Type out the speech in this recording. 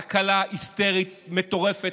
תקלה היסטרית מטורפת,